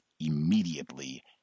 immediately